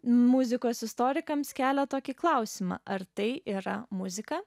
muzikos istorikams kelia tokį klausimą ar tai yra muzika